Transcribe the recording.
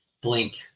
blink